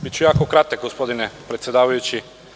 Biću jako kratak, gospodine predsedavajući.